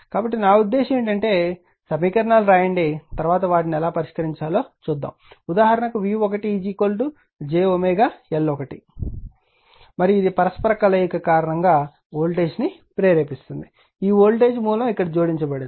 కాబట్టి నా ఉద్దేశ్యం ఏమిటంటే సమీకరణాలు వ్రాయండి తరువాత వాటిని ఎలా పరిష్కరించాలో చూద్దాం ఉదాహరణకు v1 j L1 మరియు ఇది పరస్పర కలయిక కారణంగా వోల్టేజ్ ను ప్రేరేపిస్తుంది ఈ వోల్టేజ్ మూలం ఇక్కడ జోడించబడింది